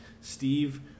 Steve